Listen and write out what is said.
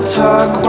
talk